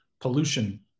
pollution